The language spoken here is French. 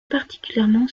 particulièrement